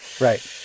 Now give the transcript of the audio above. Right